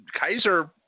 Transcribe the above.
Kaiser